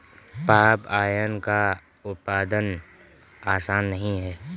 palm oil का उत्पादन आसान नहीं है